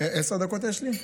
עשר דקות יש לי?